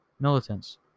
militants